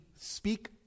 speak